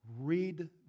Read